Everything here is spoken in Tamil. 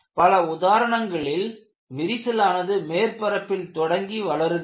பல உதாரணங்களில் விரிசலானது மேற்பரப்பில் தொடங்கி வளருகிறது